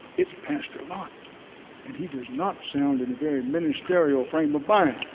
it's pastor lott and he does not sound in a very ministerial frame of mind.